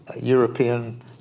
European